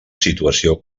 situació